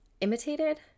imitated